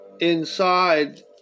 inside